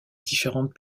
différentes